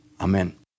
Amen